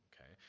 okay